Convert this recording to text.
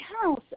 house